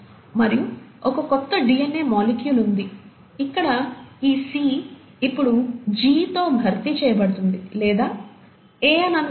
మరియు ఒక కొత్త డిఎన్ఏ మాలిక్యుల్ ఉంది ఇక్కడ ఈ C ఇప్పుడు G తో భర్తీ చేయబడింది లేదా A అని అనుకోండి